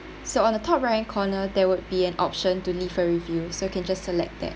so on the top right hand corner there would be an option to leave a review so can just select that